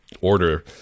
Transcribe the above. order